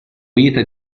vita